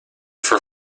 for